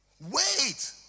Wait